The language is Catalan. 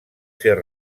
ser